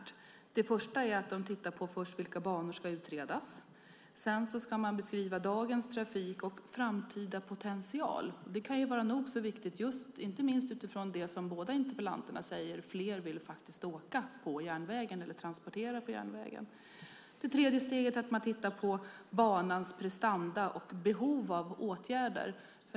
Det första är att de tittar på vilka banor som ska utredas. Sedan ska man beskriva dagens trafik och framtida potential. Det kan vara nog så viktigt, inte minst utifrån det båda interpellanterna säger, att fler faktiskt vill åka på järnvägen eller transportera på järnvägen. Det tredje steget är att man tittar på banans prestanda och behov av åtgärder.